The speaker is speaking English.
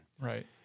right